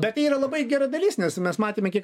bet tai yra labai gera dalis nes mes matėme kiek